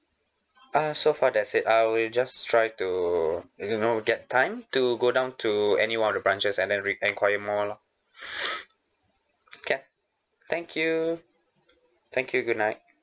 uh so far that's it I'll just try to you know get time to go down to any one of the branches and then re~ enquire more lah can thank you thank you good night